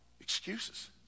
Excuses